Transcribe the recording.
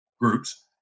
groups